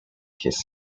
his